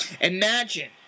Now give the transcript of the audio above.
imagine